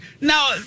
Now